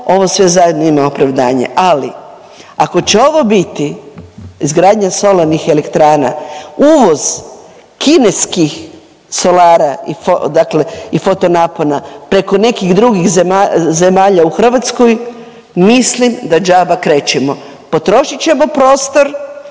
ovo sve zajedno ima opravdanje. Ali ako će ovo biti izgradnja solarnih elektrana uvoz kineskih solara i fotonapona preko nekih drugih zemalja u Hrvatskoj, mislim da džaba krećemo. Potrošit ćemo prostor,